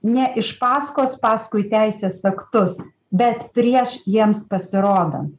ne iš paskos paskui teisės aktus bet prieš jiems pasirodant